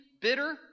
bitter